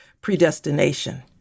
predestination